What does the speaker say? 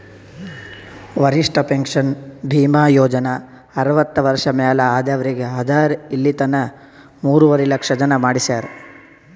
ವರಿಷ್ಠ ಪೆನ್ಷನ್ ಭೀಮಾ ಯೋಜನಾ ಅರ್ವತ್ತ ವರ್ಷ ಮ್ಯಾಲ ಆದವ್ರಿಗ್ ಅದಾ ಇಲಿತನ ಮೂರುವರಿ ಲಕ್ಷ ಜನ ಮಾಡಿಸ್ಯಾರ್